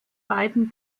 beiden